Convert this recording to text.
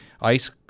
Ice